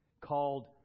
called